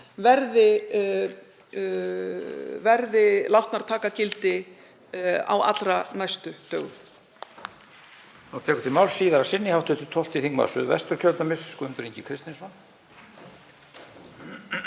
verði látnar taka gildi á allra næstu dögum.